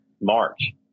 March